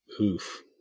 Oof